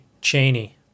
Cheney